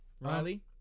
Riley